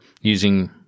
using